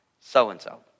so-and-so